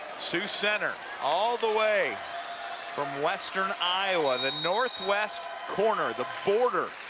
sioux center, all the way from western iowa, the northwest corner, the border,